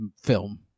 film